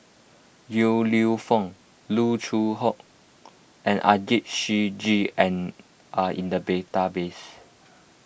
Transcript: Yong Lew Foong Loo Choon Yong and Ajit Singh Gill and are in the database